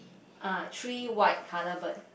ah three white colour bird